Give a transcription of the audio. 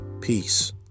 peace